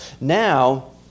now